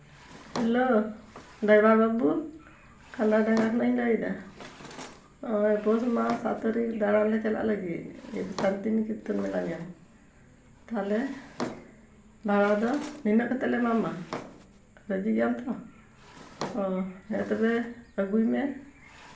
hello driver ᱵᱟᱹᱵᱩ ᱠᱷᱟᱱᱰᱟᱨᱤ ᱰᱟᱝᱜᱟ ᱠᱷᱚᱱᱟᱜ ᱤᱧ ᱞᱟᱹᱭᱫᱟ ᱯᱳᱥ ᱢᱟᱥ ᱥᱟᱛ ᱛᱟᱹᱨᱤᱠᱷ ᱫᱟᱬᱟᱱ ᱞᱮ ᱪᱟᱞᱟᱜ ᱞᱟᱹᱜᱤᱫ ᱥᱟᱱᱛᱤᱱᱤᱠᱮᱛᱚᱱ ᱢᱮᱞᱟ ᱧᱮᱞ ᱛᱟᱦᱚᱞᱮ ᱵᱷᱟᱲᱟ ᱫᱚ ᱛᱤᱱᱟᱹᱜ ᱠᱟᱛᱮ ᱞᱮ ᱮᱢᱟᱢᱟ ᱨᱟᱹᱡᱤ ᱜᱮᱭᱟᱢ ᱛᱚ ᱚᱸᱻ ᱦᱮᱸ ᱛᱚᱵᱮ ᱟᱹᱜᱩᱭ ᱢᱮ